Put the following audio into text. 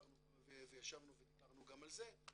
ישבנו ודיברנו גם על זה.